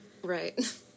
Right